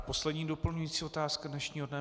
Poslední doplňující otázka dnešního dne.